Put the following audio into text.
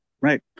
Right